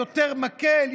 יותר מקל,